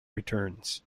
returns